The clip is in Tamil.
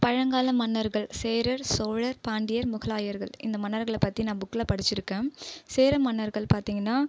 பழங்கால மன்னர்கள் சேரர் சோழர் பாண்டியர் முகலாயர்கள் இந்த மன்னர்களை பற்றி நான் புக்கில் படித்திருக்கேன் சேர மன்னர்கள் பார்த்திங்கன்னா